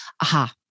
aha